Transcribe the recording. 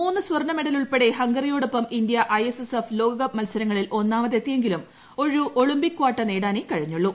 മൂന്ന് സ്വർണ്ണ മെഡലുൾപ്പെടെ ഹംഗറിയോടൊപ്പം India I S S F ലോകകപ്പ് മത്സരങ്ങളിൽ ഒന്നാമതെത്തിയെങ്കിലും ഒരു ഒളിമ്പിക് കാട്ട നേടാനെ കഴിഞ്ഞുള്ളൂ